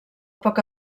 poc